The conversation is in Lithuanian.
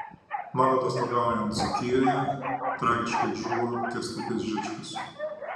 man atostogaujant dzūkijoje tragiškai žuvo kęstutis žičkus